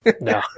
No